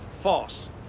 False